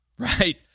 Right